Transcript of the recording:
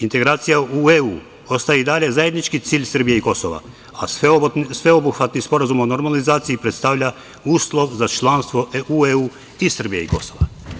Integracija u EU ostaje i dalje zajednički cilj Srbije i Kosova, a sveobuhvatni Sporazum o normalizaciji predstavlja uslov za članstvo u EU i Srbije i Kosova.